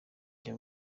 jya